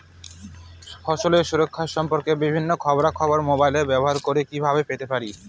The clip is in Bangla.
ফসলের সুরক্ষা সম্পর্কে বিভিন্ন খবরা খবর মোবাইল ব্যবহার করে কিভাবে পেতে পারি?